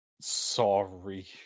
Sorry